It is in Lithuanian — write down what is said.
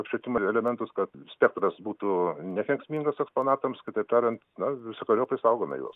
apšvietimo elementus kad spektras būtų nekenksmingas eksponatams kitaip tariant na visokeriopai saugome juos